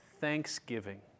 thanksgiving